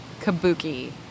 Kabuki